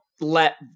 let